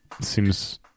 Seems